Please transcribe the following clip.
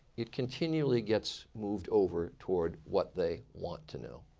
it continually gets moved over toward what they want to know.